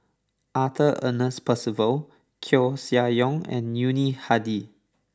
Arthur Ernest Percival Koeh Sia Yong and Yuni Hadi